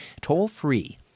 toll-free